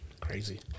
Crazy